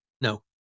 No